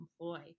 employ